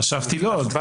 חשבתי לוד.